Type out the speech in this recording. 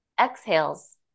exhales